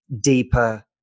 deeper